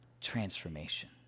Transformation